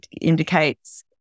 indicates